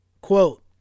quote